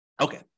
okay